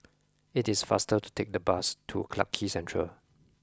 it is faster to take the bus to Clarke Quay Central